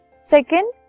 Second